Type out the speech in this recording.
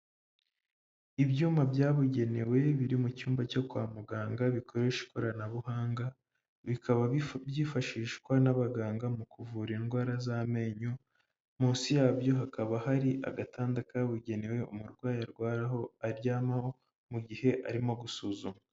Ibyuma byabugenewe biri mu cyumba cyo kwa muganga bikoresha ikoranabuhanga, bikaba byifashishwa n'abaganga mu kuvura indwara z'amenyo, munsi yabyo hakaba hari agatanda kabugenewe umurwayi arwariraho, aryamaho mu gihe arimo gusuzumwa.